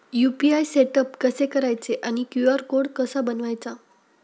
UPI setup कसे करायचे आणि क्यू.आर कोड कसा बनवायचा?